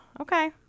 Okay